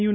you